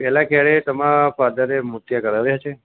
પહેલાં કયારેય તમારા ફાધરે મોતિયા કરાવ્યા છે